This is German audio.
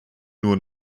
nur